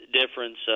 difference